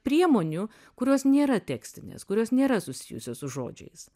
priemonių kurios nėra tekstinės kurios nėra susijusios su žodžiais